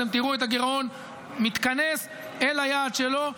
אתם תראו את הגירעון מתכנס אל היעד שלו,